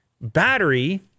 battery